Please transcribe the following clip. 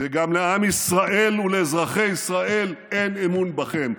וגם לעם ישראל ולאזרחי ישראל אין אמון בכם.